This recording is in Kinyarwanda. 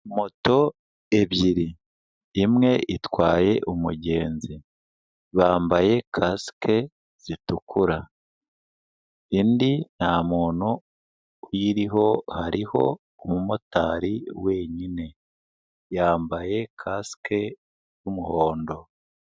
Moto ebyiri, imwe itwaye umugenzi, bambaye kasike zitukura, indi nta muntu uyiriho, hariho umumotari wenyine, yambaye kasike y'umuhondo.